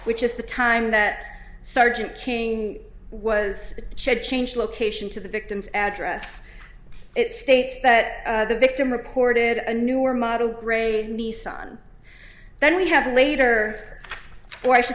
which is the time that sergeant king was changed location to the victim's address it states that the victim reported a newer model grade nissan then we have later or i should